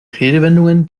redewendungen